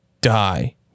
die